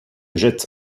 jette